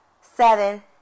seven